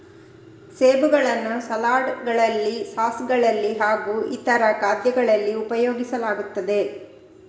ಸೇಬುಗಳನ್ನು ಸಲಾಡ್ ಗಳಲ್ಲಿ ಸಾಸ್ ಗಳಲ್ಲಿ ಹಾಗೂ ಇತರ ಖಾದ್ಯಗಳಲ್ಲಿ ಉಪಯೋಗಿಸಲಾಗುತ್ತದೆ